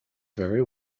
very